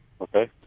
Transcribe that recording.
Okay